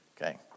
Okay